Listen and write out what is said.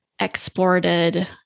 exported